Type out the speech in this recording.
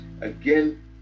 again